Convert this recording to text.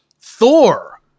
Thor